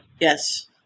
Yes